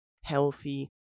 healthy